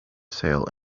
sail